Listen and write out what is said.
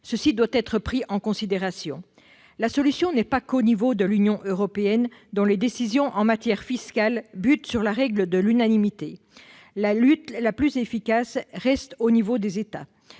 Ce fait doit être pris en considération. La solution n'est pas seulement à l'échelon de l'Union européenne, dont les décisions en matière fiscale butent sur la règle de l'unanimité. La lutte la plus efficace reste à l'échelle des États.